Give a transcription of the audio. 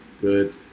good